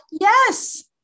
Yes